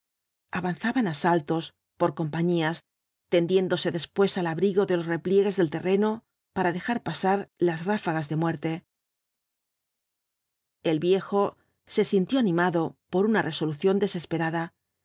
avanzaban á saltos por compañías tendiéndose después al abrigo de los repliegues del terreno para dejar pasar las ráfagas de muerte el viejo se sintió animado por una resolución desesperada